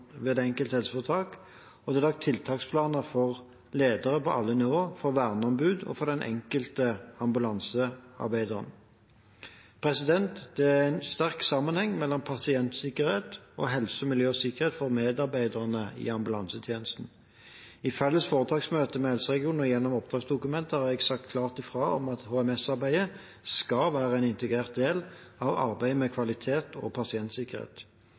ved det enkelte helseforetak, og det er laget tiltaksplaner for ledere på alle nivå, for verneombud og for den enkelte ambulansearbeideren. Det er en sterk sammenheng mellom pasientsikkerhet og helse, miljø og sikkerhet for medarbeiderne i ambulansetjenesten. I felles foretaksmøte med helseregionene og gjennom oppdragsdokumenter har jeg sagt klart ifra om at HMS-arbeidet skal være en integrert del av arbeidet med kvalitet og pasientsikkerhet.